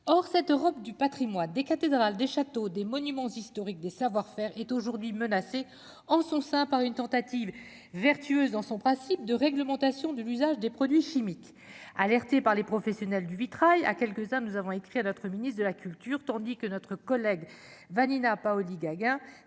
or cette Europe du Patrimoine des cathédrales, des châteaux, des monuments historiques des savoir-faire est aujourd'hui menacée en son sein par une tentative vertueuse dans son principe de réglementation de l'usage des produits chimiques. Alertés par les professionnels du vitrail à quelques-uns, nous avons écrit à notre ministre de la Culture, tandis que notre collègue Vanina Paoli-Gagin